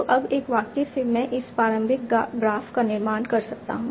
तो अब एक वाक्य से मैं इस प्रारंभिक ग्राफ का निर्माण कर सकता हूं